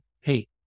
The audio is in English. hey